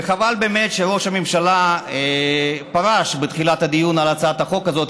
חבל שראש הממשלה פרש בתחילת הדיון על הצעת החוק הזאת,